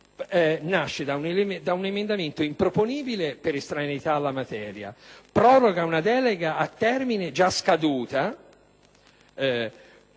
nasce da un emendamento improponibile per estraneità alla materia e proroga una delega a termine già scaduta;